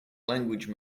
language